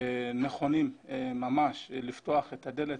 נכונים לפתוח את הדלת,